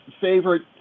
favorite